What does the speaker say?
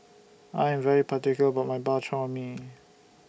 I Am particular about My Bak Chor Mee